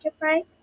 right